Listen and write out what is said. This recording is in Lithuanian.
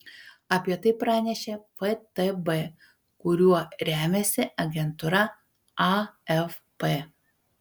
apie tai pranešė ftb kuriuo remiasi agentūra afp